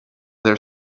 their